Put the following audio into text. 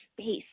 space